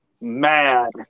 mad